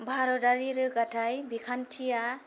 भारतारि रोगाथाइ बिखान्थिया